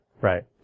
right